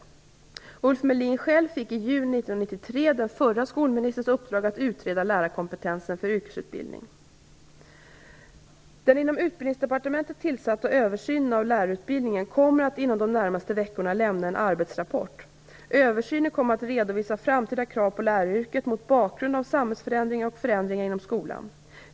Ulf Melin fick i juni 1993 den förra skolministerns uppdrag att utreda lärarkompetensen för yrkesutbildning. Den inom Utbildningsdepartementet tillsatta översynen av lärarutbildningen kommer inom de närmaste veckorna att lämna en arbetsrapport. Översynen kommer att redovisa framtida krav på läraryrket mot bakgrund av samhällsförändringar och förändringar inom skolan.